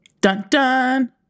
Dun-dun